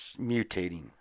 mutating